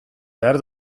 behar